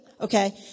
okay